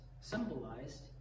symbolized